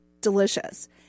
delicious